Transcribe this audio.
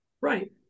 right